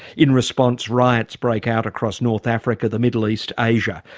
in response riots break out across north africa, the middle east, asia,